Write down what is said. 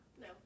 no